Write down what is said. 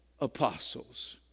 apostles